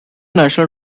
national